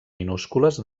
minúscules